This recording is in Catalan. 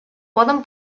poden